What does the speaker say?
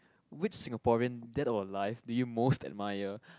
which Singaporean dead or alive do you most admire